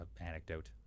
anecdote